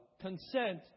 consent